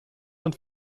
und